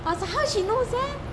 I was like how she knows that